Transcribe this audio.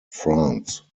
france